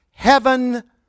heaven